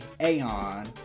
Aeon